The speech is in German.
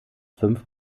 fünf